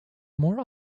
more